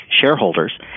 shareholders